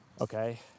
okay